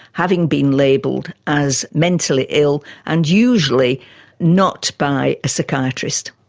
having been labelled as mentally ill and usually not by a psychiatrist.